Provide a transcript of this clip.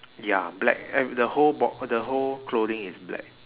ya black and the whole bo~ the whole clothing is black